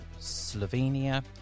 Slovenia